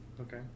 Okay